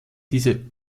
diese